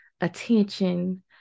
attention